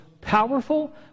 Powerful